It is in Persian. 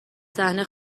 صحنه